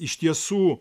iš tiesų